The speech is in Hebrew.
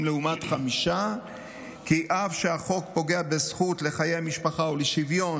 לעומת חמישה כי אף שהחוק פוגע בזכות לחיי המשפחה או לשוויון